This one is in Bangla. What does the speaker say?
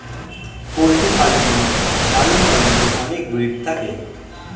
পোল্ট্রি ফার্মিং এ লালন পালনে অনেক ব্রিড থাকে